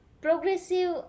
Progressive